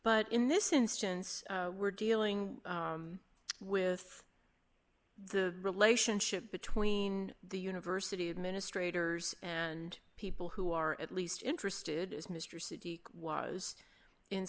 but in this instance we're dealing with the relationship between the university administrators and people who are at least interested as mr city was in